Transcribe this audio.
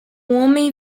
homem